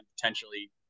potentially